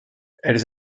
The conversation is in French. elles